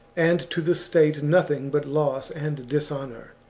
and to the state nothing but loss and dishonour.